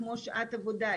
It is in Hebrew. כמו שעת עבודה,